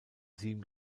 sieben